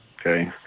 Okay